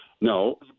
No